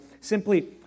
simply